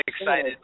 excited